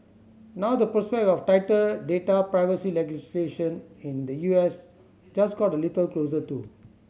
now the prospect of tighter data privacy legislation in the U S just got a little closer too